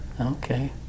okay